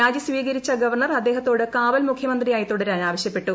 രാജി സ്വീകരിച്ച ഗവർണർ അദ്ദേഹത്തോട കാവൽ മുഖ്യമന്ത്രിയായി തുടരാൻ ആവശ്യപ്പെട്ടു